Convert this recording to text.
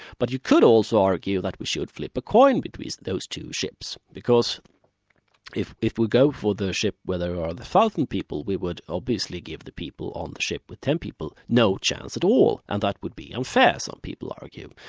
but you could also argue that we should flip a coin between those two ships, because if if we go for the ship where there are thousand people, we would obviously give the people on the ship with ten people, no chance at all, and that would be unfair, some people argue.